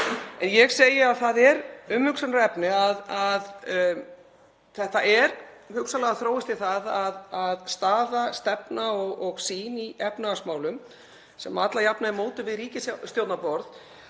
Ég segi að það er umhugsunarefni að þetta er hugsanlega þróast í það að staða, stefna og sýn í efnahagsmálum, sem alla jafna er mótuð við ríkisstjórnarborð,